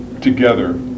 together